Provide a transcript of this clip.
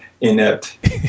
inept